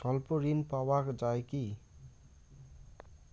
স্বল্প ঋণ পাওয়া য়ায় কি?